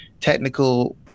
technical